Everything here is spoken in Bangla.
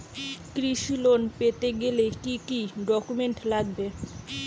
কৃষি লোন পেতে গেলে কি কি ডকুমেন্ট লাগবে?